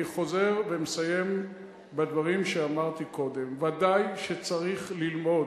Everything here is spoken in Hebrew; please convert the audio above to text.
אני חוזר ומסיים בדברים שאמרתי קודם: ודאי שצריך ללמוד,